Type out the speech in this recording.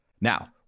Now